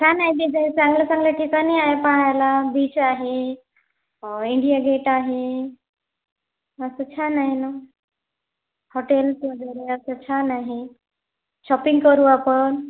छान आहे ते सगळं चांगल्या चांगल्या ठिकाणं आहे पाहायला बीच आहे इंडिया गेट आहे असं छान आहे ना हॉटेल्स वगैरे असं छान आहे शॉपिंग करू आपण